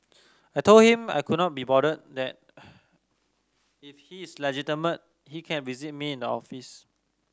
I told him I could not be bothered that if he is legitimate he can visit me in the office